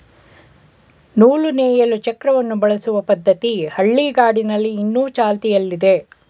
ನೂಲು ನೇಯಲು ಚಕ್ರವನ್ನು ಬಳಸುವ ಪದ್ಧತಿ ಹಳ್ಳಿಗಾಡಿನಲ್ಲಿ ಇನ್ನು ಚಾಲ್ತಿಯಲ್ಲಿದೆ